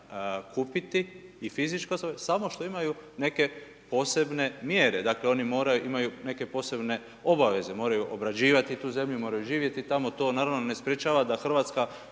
kupiti i fizičko, samo što imaju neke posebne mjere, dakle oni imaju neke posebne obaveze, moraju obrađivati tu zemlju, moraju živjeti tamo, to naravno ne sprječava da Hrvatska